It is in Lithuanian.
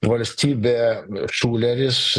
valstybė šuleris